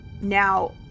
Now